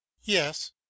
Yes